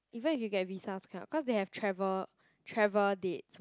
even if you get visa also cannot cause they have travel travel dates